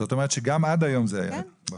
זאת אומרת שעד היום זה גם היה בחוק,